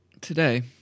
Today